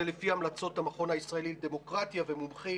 זה לפי המלצות המכון הישראלי לדמוקרטיה ומומחים.